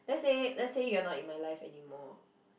let's say let's say you're not in my life anymore